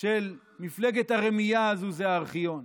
של מפלגת הרמייה הזו הוא הארכיון.